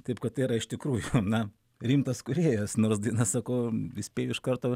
taip kad tai yra iš tikrųjų na rimtas kūrėjas nors daina sako įspėju iš karto